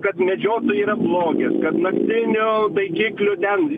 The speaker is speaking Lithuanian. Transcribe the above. kad medžiotojai yra blogis kad naktinio taikiklių ten